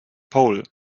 pole